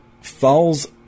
falls